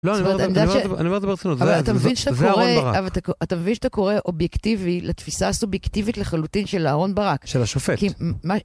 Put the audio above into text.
לא, אני אומר את זה ברצינות, זה אהרון ברק.אבל אתה מבין שאתה קורא אובייקטיבי לתפיסה סובייקטיבית לחלוטין של אהרון ברק? של השופט.